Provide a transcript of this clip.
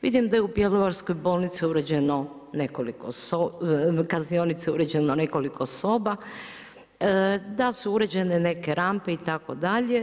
Vidim da je u bjelovarskoj kaznionici uređeno nekoliko kaznionica uređeno nekoliko soba, da su uređene neke rampe itd.